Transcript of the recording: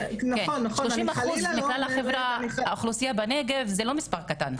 שלושים אחוז מכלל האוכלוסייה בנגב זה הוא לא מספר קטן.